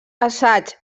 assaigs